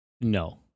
No